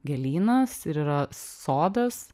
gėlynas ir yra sodas